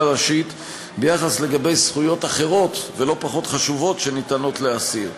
ראשית ביחס לזכויות אחרות ולא פחות חשובות שניתנות לאסיר,